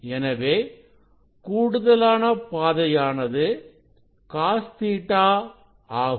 எனவே கூடுதலான பாதையானது Cos Ɵ ஆகும்